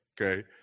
okay